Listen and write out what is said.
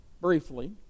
briefly